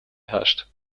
herrscht